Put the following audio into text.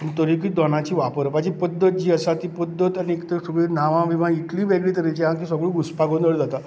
पूण तरीकीय दोनांची वापरपाची पद्धत जी आसा ती पद्धत आनी एक तर सगळी नांंवां बिवां इतलीं वेगळे तरेचीं आसात की सगळो घुस्पागोंदळ जाता